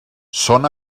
són